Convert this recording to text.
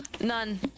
None